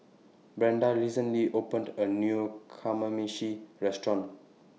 Brenda recently opened A New Kamameshi Restaurant